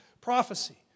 prophecy